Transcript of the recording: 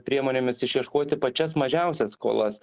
priemonėmis išieškoti pačias mažiausias skolas